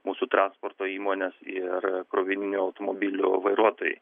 mūsų transporto įmonės ir krovininių automobilių vairuotojai